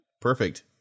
Perfect